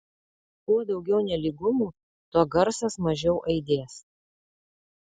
kuo daugiau nelygumų tuo garsas mažiau aidės